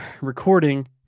recording